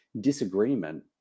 disagreement